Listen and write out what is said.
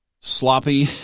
sloppy